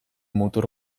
mutur